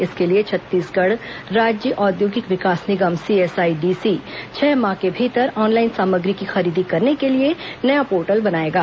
इसके लिए छत्तीसगढ़ राज्य औद्योगिक विकास निगम सीएसआईडीसी छह माह के भीतर ऑनलाइन सामग्री की खरीदी करने के लिए नया पोर्टल बनाएगा